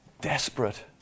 desperate